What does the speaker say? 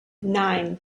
nine